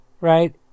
right